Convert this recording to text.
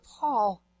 Paul